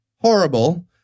horrible